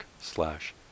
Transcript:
slash